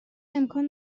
امکان